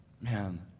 Man